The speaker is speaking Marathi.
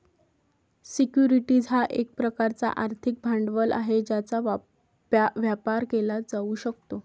सिक्युरिटीज हा एक प्रकारचा आर्थिक भांडवल आहे ज्याचा व्यापार केला जाऊ शकतो